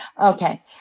Okay